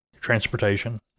transportation